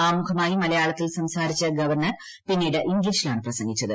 ആമുഖമായി മലയാളത്തിൽ സംസാരിച്ച ഗവർണർ പിന്നീട് ഇംഗ്ലീഷിലാണ് പ്രസംഗിച്ചത്